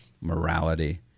morality